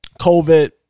COVID